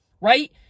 Right